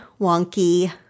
wonky